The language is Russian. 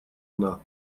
она